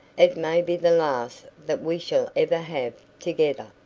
it may be the last that we shall ever have together!